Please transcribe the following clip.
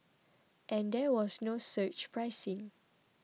and there was no surge pricing